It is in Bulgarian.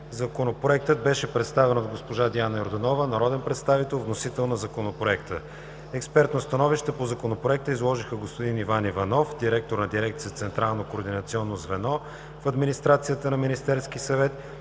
Законопроектът беше представен от госпожа Диана Йорданова – народен представител, вносител на Законопроекта. Експертно становище по Законопроекта изложиха господин Иван Иванов – директор на Дирекция "Централно координационно звено" в Администрацията на Министерски съвет,